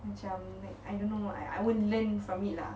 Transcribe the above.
macam like I don't know I I will learn from it lah